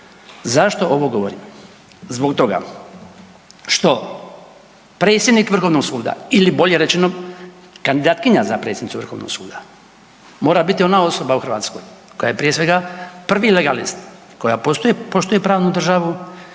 Zašto ovo govorim? Zbog toga što predsjednik Vrhovnog suda ili bolje rečeno kandidatkinja za predsjednicu Vrhovnog suda mora biti ona osoba u Hrvatskoj koja je prije svega prvi legalist, koja poštuje pravnu državu